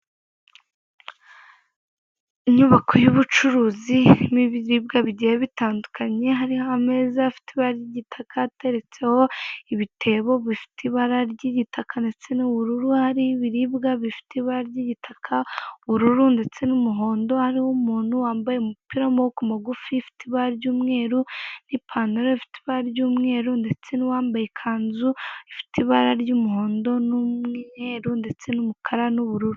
Inyubako y'ubucuruzi n'ibiribwa bigiye bitandukanye, hariho ameza afite ibara ry'igitaka ateretseho ibitebo bifite ibara ry'igitaka ndetse n'ubururu, hari ibiribwa bifite ibara ry'igitaka, ubururu ndetse n'umuhondo, hari umuntu wambaye umupira w'amaboko magufi ufite ibara ry'umweru n'ipantaro, ifite ibara ry'umweru ndetse n'uwambaye ikanzu ifite ibara ry'umuhondo n'umweru ndetse n'umukara n'ubururu.